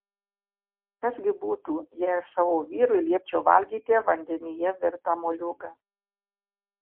kas gi būtų jei aš savo vyrui liepčiau valgyti vandenyje virtą moliūgą